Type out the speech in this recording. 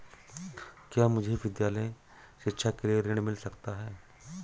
क्या मुझे विद्यालय शिक्षा के लिए ऋण मिल सकता है?